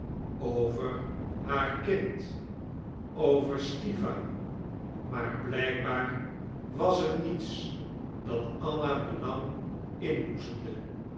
over haar kind over stiwa maar blijkbaar was er niets dat anna belang inboezemde